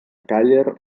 càller